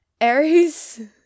Aries